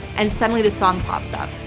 and suddenly this song pops up.